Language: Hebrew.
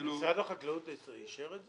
משרד החקלאות אישר את זה?